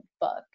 book